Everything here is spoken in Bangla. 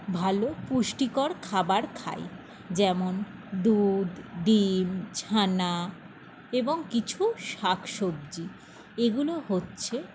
ভালো পুষ্টিকর খাবার খাই যেমন দুধ ডিম ছানা এবং কিছু শাক সবজি এগুলো হচ্ছে